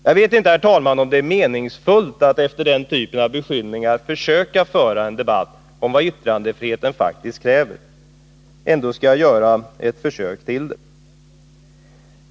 Jag vet inte, herr talman, om det är meningsfullt att efter den typen av beskyllningar försöka föra en debatt om vad yttrandefriheten faktiskt kräver. Ändå skall jag göra ett försök till det.